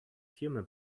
human